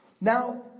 Now